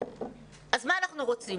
אז מה אנחנו רוצים?